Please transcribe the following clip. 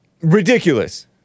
Ridiculous